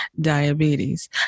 diabetes